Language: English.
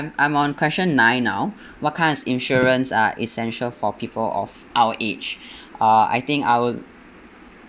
I'm on question nine now what kinds of insurance are essential for people of our age uh I think I'll